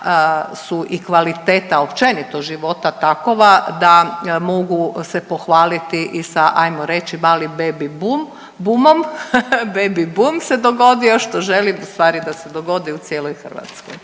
su i kvaliteta općenito života takova da mogu se pohvaliti i sa ajmo reći i sa malim baby boom, boomom, ha ha baby boom se dogodio što želim ustvari da dogodi u cijeloj Hrvatskoj.